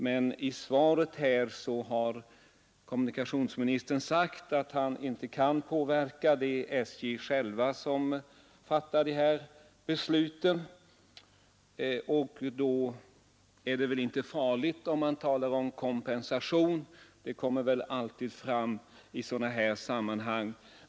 Men i svaret har kommunikationsministern sagt att han inte kan påverka dessa beslut, utan det är SJ självt som fattar besluten. Då är det väl inte farligt att tala om kompensation; det kommer ju alltid fram i sådana här sammanhang.